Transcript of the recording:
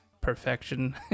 perfection